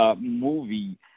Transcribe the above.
movie